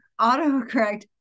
autocorrect